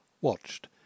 watched